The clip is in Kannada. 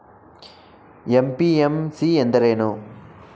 ಎಂ.ಪಿ.ಎಂ.ಸಿ ಎಂದರೇನು?